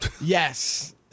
Yes